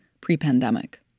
pre-pandemic